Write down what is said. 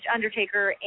Undertaker